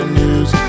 news